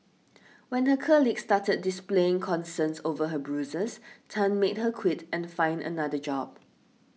when her colleagues started displaying concerns over her bruises Tan made her quit and find another job